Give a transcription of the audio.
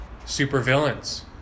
supervillains